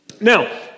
Now